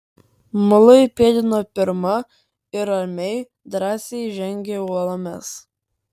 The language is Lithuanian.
mulai pėdino pirma ir ramiai drąsiai žengė uolomis